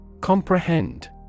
Comprehend